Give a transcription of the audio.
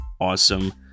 awesome